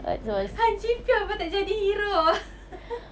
han ji pyeong patut jadi hero